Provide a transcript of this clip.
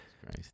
Christ